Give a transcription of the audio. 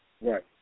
Right